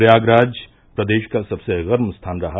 प्रयागराज प्रदेश का सबसे गर्म स्थान रहा